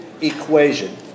equation